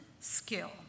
skill